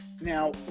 Now